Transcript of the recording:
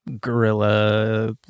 guerrilla